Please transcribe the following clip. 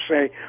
say